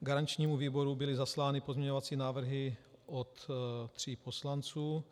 Garančnímu výboru byly zaslány pozměňovací návrhy od tří poslanců.